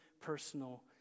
personal